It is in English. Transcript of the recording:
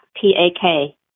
P-A-K